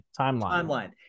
Timeline